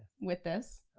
with this.